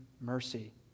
mercy